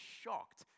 shocked